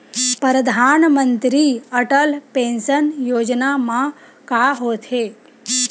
परधानमंतरी अटल पेंशन योजना मा का होथे?